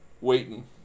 Waiting